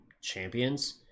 champions